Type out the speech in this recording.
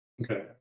Okay